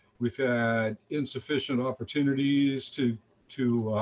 we've had insufficient opportunities to to